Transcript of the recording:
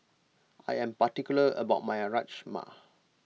I am particular about my Rajma